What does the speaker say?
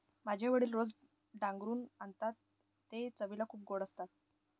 माझे वडील रोज डांगरू आणतात ते चवीला खूप गोड असतात